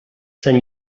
sant